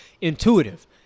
intuitive